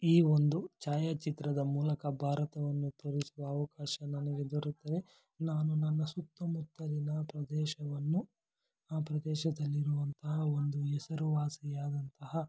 ಈ ಒಂದು ಛಾಯಾಚಿತ್ರದ ಮೂಲಕ ಭಾರತವನ್ನು ತೋರಿಸುವ ಅವಕಾಶ ನನಗೆ ದೊರತರೆ ನಾನು ನನ್ನ ಸುತ್ತಮುತ್ತಲಿನ ಪ್ರದೇಶವನ್ನು ಆ ಪ್ರದೇಶದಲ್ಲಿರುವಂತಹ ಒಂದು ಹೆಸರುವಾಸಿಯಾದಂತಹ